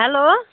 hello